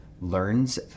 learns